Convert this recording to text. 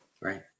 Right